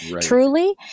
truly